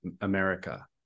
America